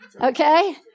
Okay